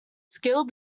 scaled